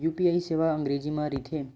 UPI सेवा का अंग्रेजी मा रहीथे?